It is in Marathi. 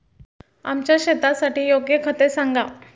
आमच्या शेतासाठी योग्य खते सांगा